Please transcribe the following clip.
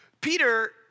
Peter